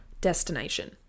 destination